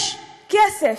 יש כסף.